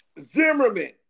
Zimmerman